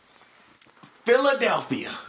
Philadelphia